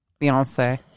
Beyonce